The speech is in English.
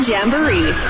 Jamboree